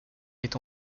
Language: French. est